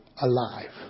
alive